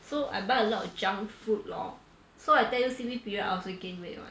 so I buy a lot of junk food lor so I tell you C_B period I also gain weight one